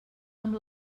amb